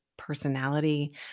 personality